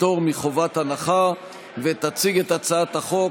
לא הצביע?